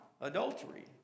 adultery